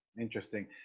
Interesting